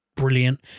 brilliant